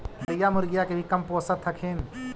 बकरीया, मुर्गीया के भी कमपोसत हखिन?